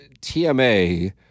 TMA